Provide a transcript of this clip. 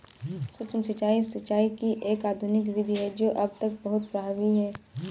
सूक्ष्म सिंचाई, सिंचाई की एक आधुनिक विधि है जो अब तक बहुत प्रभावी है